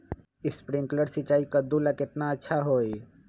Sprinkler सिंचाई कददु ला केतना अच्छा होई?